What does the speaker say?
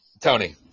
Tony